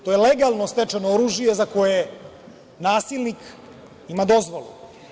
To legalno stečeno oružje za koje nasilnik ima dozvolu.